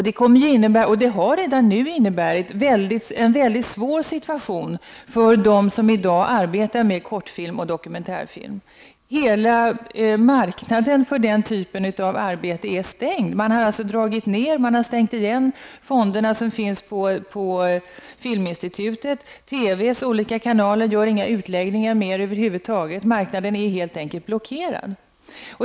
Det kommer att innebära och det har redan nu inneburit en väldigt svår situation för dem som i dag arbetar med kortfilm och dokumentärfilm. Hela marknaden för den typen av arbete är stängd. Filminstitutets fonder har stängts igen, och TVs olika kanaler gör över huvud taget inte längre några utläggningar. Marknaden är helt enkelt blockerad.